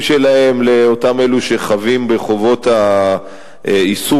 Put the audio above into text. שלהן לאותם אלו שחבים בחובות האיסוף,